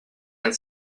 and